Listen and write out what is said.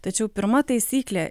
tačiau pirma taisyklė